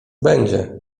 będzie